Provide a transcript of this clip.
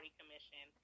commission